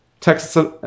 Texas